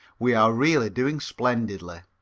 we are really doing splendidly.